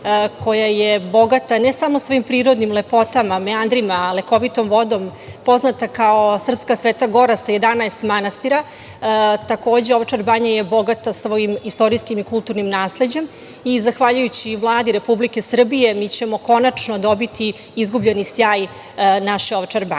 koja je bogata ne samo svojim prirodnim lepotama, meandrima, lekovitom vodom, poznatom kao Srpska sveta gora sa 11 manastira, takođe Ovčar banja je bogata svojim istorijskim i kulturnim nasleđem i zahvaljujući Vladi Republike Srbije mi ćemo konačno dobiti izgubljeni sjaj naše Ovčar